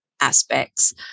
aspects